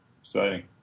Exciting